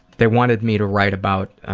they wanted me to write about